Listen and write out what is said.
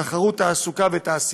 תחרות, תעסוקה ותעשייה.